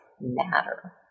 matter